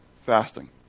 fasting